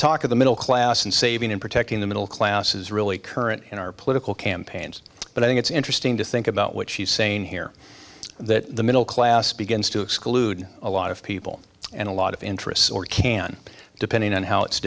talk of the middle class and saving and protecting the middle class is really current in our political campaigns but i think it's interesting to think about what she's saying here that the middle class begins to exclude a lot of people and a lot of interests or can depending on how it's